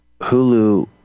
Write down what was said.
Hulu